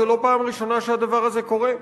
זו לא הפעם הראשונה שהדבר הזה קורה.